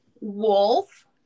Wolf